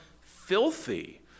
filthy